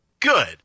Good